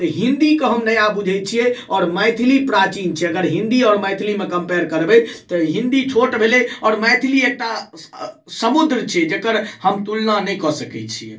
तऽ हिन्दीके हम नया बुझय छियै आओर मैथिली प्राचीन छै अगर हिन्दी आओर मैथिलीमे कम्पेयर करबय तऽ हिन्दी छोट भेलय आओर मैथिली एकटा समुद्र छै जकर हम तुलना नहि कऽ सकय छी